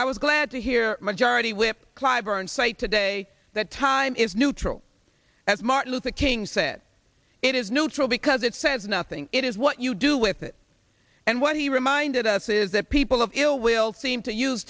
i was glad to hear majority whip cliburn cite today that time is neutral as martin luther king said it is neutral because it says nothing it is what you do with it and what he reminded us is that people of ill will seem to use